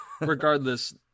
regardless